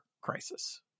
crisis